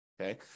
Okay